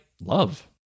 love